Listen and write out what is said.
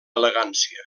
elegància